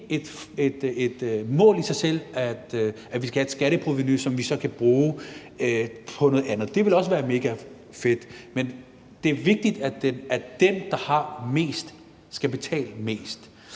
Det er ikke et mål i sig selv, at vi skal have et skatteprovenu, som vi så kan bruge på noget andet. Det ville også være mega fedt, men det er vigtigt, at den, der har mest, skal betale mest.